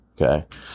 Okay